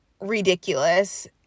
ridiculous